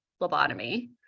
lobotomy